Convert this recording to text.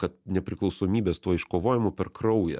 kad nepriklausomybės tuo iškovojimu per kraują